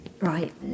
Right